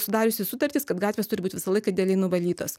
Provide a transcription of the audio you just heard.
sudariusi sutartis kad gatvės turi būt visą laiką idealiai nuvalytos